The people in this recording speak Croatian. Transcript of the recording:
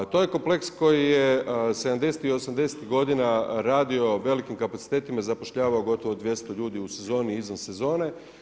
To je kompleks koji je '70. i '80. g. radio velikim kapacitetima i zapošljavao gotovo 200 ljudi u sezoni i izvan sezone.